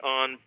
on